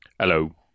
Hello